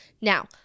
Now